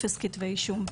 אפס כתבי אישום.